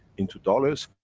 into dollars,